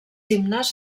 himnes